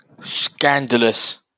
Scandalous